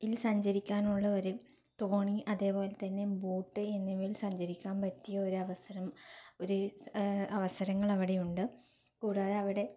യില് സഞ്ചരിക്കാനുള്ള ഒരു തോണി അതേപോലെ തന്നെ ബോട്ട് എന്നിവയില് സഞ്ചരിക്കാന് പറ്റിയൊരു അവസരം ഒരു അവസരങ്ങള് അവിടെയുണ്ട് കൂടാതെ അവിടെ